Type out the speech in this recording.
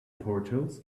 portals